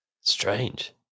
Strange